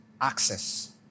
access